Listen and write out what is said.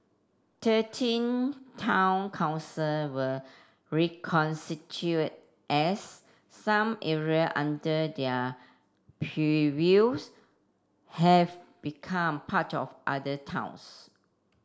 thirteen town council were as some area under their purviews have become part of other towns